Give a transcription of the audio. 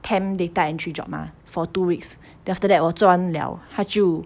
temp data entry job mah for two weeks then after that 我做完 liao 他就